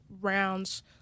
rounds